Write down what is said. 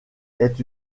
est